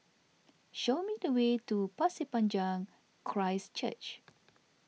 show me the way to Pasir Panjang Christ Church